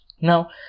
Now